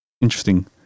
Interesting